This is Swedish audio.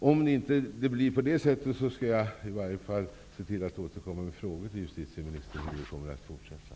Om det inte blir på det sättet skall jag i varje fall se till att återkomma med frågor till justitieministern om hur handläggningen fortsätter.